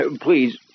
Please